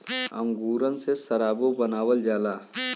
अंगूरन से सराबो बनावल जाला